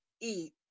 eat